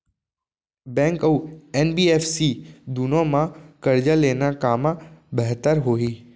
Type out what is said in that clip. Bank अऊ NBFC दूनो मा करजा लेना कामा बेहतर होही?